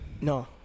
No